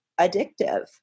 addictive